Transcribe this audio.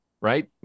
right